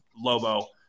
Lobo